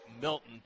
Milton